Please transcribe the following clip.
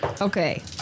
Okay